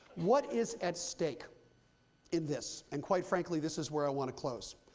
what is at stake in this? and quite frankly, this is where i want to close.